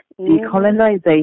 decolonization